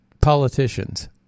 politicians